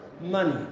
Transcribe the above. money